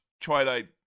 Twilight